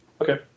Okay